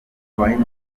bahinzi